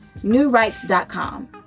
newrights.com